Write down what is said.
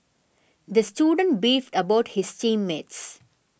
the student beefed about his team mates